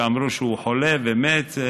שאמרו שהוא חולה ומת.